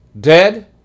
dead